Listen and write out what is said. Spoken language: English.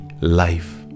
life